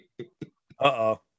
Uh-oh